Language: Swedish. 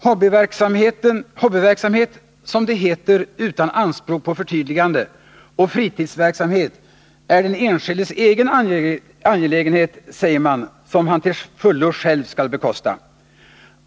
Hobbyverksamhet, som det heter utan anspråk på förtydligande, och fritidsverksamhet är den enskildes egen angelägenhet, säger man, som han till fullo skall bekosta själv.